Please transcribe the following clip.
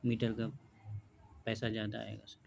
metre کا پیسہ زیادہ آئے گا سر